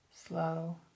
slow